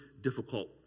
difficult